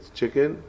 chicken